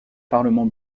parlement